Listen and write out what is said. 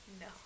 No